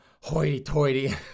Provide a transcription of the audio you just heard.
hoity-toity